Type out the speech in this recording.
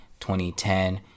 2010